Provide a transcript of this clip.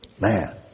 Man